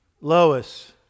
Lois